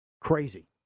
crazy